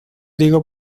digo